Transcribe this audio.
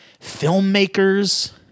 filmmakers